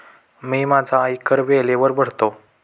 मी माझा आयकर वेळेवर भरतो